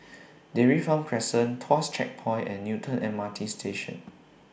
Dairy Farm Crescent Tuas Checkpoint and Newton M R T Station